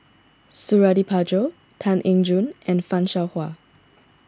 Suradi Parjo Tan Eng Joo and Fan Shao Hua